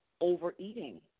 overeating